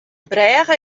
brêge